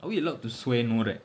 are we allowed to swear no right